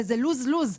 וזה lose-lose,